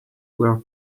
were